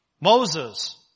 Moses